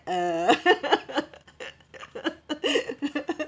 uh